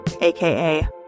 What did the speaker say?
AKA